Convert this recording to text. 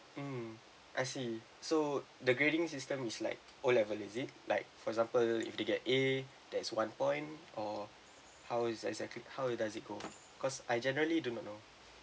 mm I see so the grading system is like O level is it like for example if they get A that is one point or how it exactly how does it go cause I generally do not know